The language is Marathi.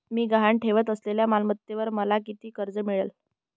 मी गहाण ठेवत असलेल्या मालमत्तेवर मला किती कर्ज मिळेल?